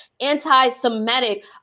anti-Semitic